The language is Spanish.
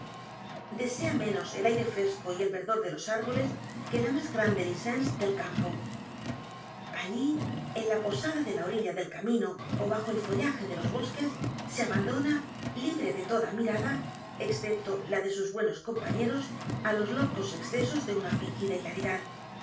desea menos el aire fresco y el verdor de los árboles q u e la más grandefteence del campo allí en la posada el misterio de maría rogét de la orilla del camino ó bajo el follaje de los bosques se abandona libre de toda mirada excepto la de s u s buenos compañeros á los locos excesos de una fingida hilaridad